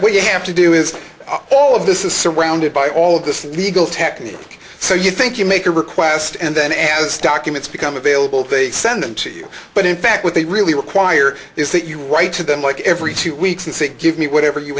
what you have to do is all of this is surrounded by all of this legal technique so you think you make a request and then as documents become available they send them to you but in fact what they really require is that you write to them like every two weeks and say give me whatever you